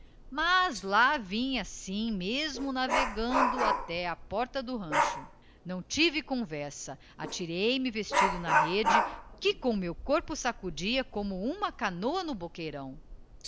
mas lá vim assim mesmo navegando até á porta do rancho não tive conversa atirei-me vestido na rede que com meu corpo sacudia como uma canoa no boqueirão